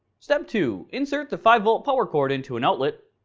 step two insert the five volt power cord into an outlet,